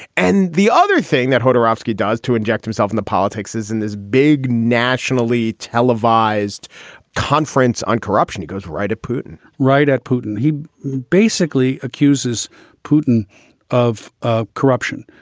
and the other thing that hodo robiskie does to inject himself in the politics is in this big nationally televised conference on corruption, he goes right at putin, right at putin he basically accuses putin of ah corruption.